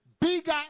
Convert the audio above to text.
bigger